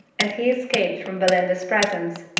and he escaped from belinda's presence,